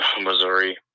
Missouri